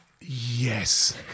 Yes